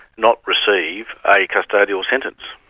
not receive a custodial sentence.